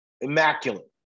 immaculate